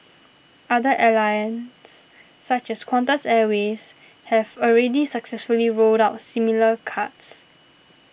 other airlines such as Qantas Airways have already successfully rolled out similar cards